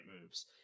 moves